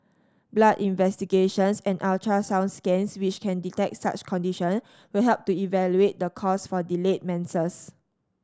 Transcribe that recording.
blood investigations and ultrasound scans which can detect such conditions will help to evaluate the cause for delayed menses